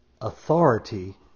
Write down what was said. Authority